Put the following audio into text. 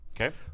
Okay